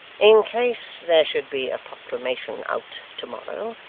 in case there should be a proclamation out to-morrow,